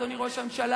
אדוני ראש הממשלה,